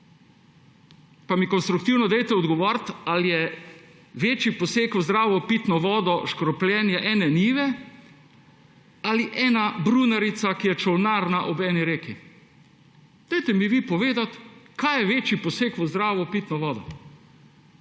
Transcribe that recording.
Pa mi konstruktivno odgovorite, ali je večji poseg v zdravo pitno vodo škropljenje ene njive ali ena brunarica, ki je čolnarna ob eni reki. Povejte mi vi, kaj je večji poseg v zdravo pitno vodo!